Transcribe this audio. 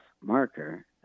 marker